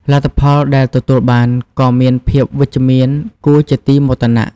លទ្ធផលដែលទទួលបានក៏មានភាពវិជ្ជមានគួរជាទីមោទនៈ។